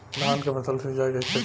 धान के फसल का सिंचाई कैसे करे?